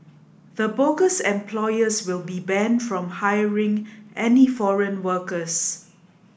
the bogus employers will be banned from hiring any foreign workers